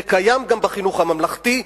זה קיים גם בחינוך הממלכתי,